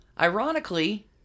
Ironically